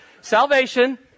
Salvation